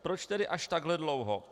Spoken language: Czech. Proč tedy až takhle dlouho?